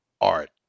art